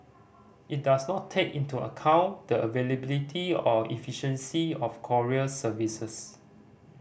it does not take into account the availability or efficiency of courier services